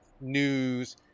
news